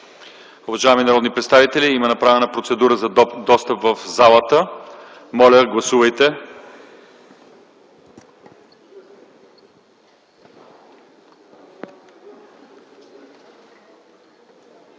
Уважаеми народни представители, има направена процедура за допускане в залата. Моля, гласувайте.